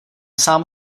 sám